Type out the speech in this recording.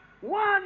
one